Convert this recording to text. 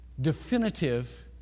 definitive